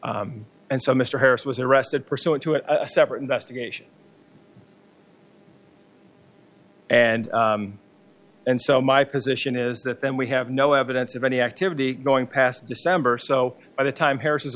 and so mr harris was arrested pursuant to a separate investigation and and so my position is that then we have no evidence of any activity going past december so by the time harris